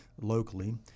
locally